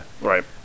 Right